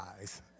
eyes